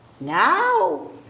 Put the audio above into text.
Now